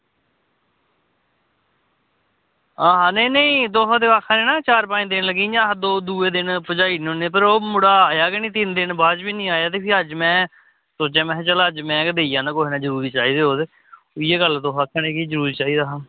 नेईं नेईं तुस आक्खा दे ना चार पंज दिन लग्गी जाने ते इंया दौ दिन च पजाई दिन्ने होने पर ओह् दूआ मुड़ा आया गै नेईं ते तीन दिन बाद बी निं आया ते अज्ज में आपें आया की चलो में गै देई आना कुसै नै जरूरी चाहिदे होग ते इयै गल्ल तुस आक्खा दे कि जरूरी चाहिदा हा